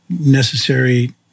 necessary